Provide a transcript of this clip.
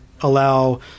allow